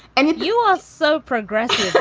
and if you are so progressive.